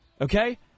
Okay